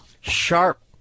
sharp